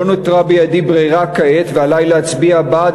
לא נותרה בידי ברירה כעת ועלי להצביע בעד